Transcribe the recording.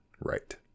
right